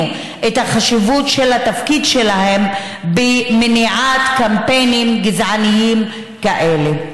את החשיבות של התפקיד שלהן במניעת קמפיינים גזעניים כאלה.